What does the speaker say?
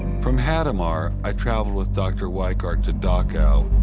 from hadamar, i traveled with dr. weikart to dachau,